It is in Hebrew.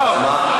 נגמר.